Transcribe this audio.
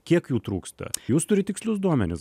kiek jų trūksta jūs turit tikslius duomenis